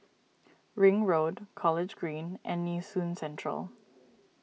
Ring Road College Green and Nee Soon Central